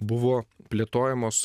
buvo plėtojamos